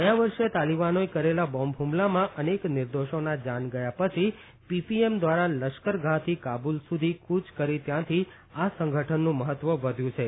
ગયા વર્ષે તાલીબાનોએ કરેલા બોમ્બ ફ્મલામાં અનેક નિર્દોષોના જાન ગયા પછી પીપીએમ દ્વારા લશ્કરગાહથી કાબુલ સુધી ક્રચ કરી ત્યારથી આ સંગઠનનું મહત્વ વધ્યું છે